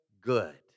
good